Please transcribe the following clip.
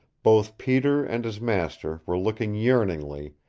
both peter and his master were looking yearningly,